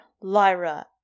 lyra